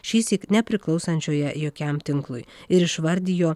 šįsyk nepriklausančioje jokiam tinklui ir išvardijo